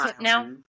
now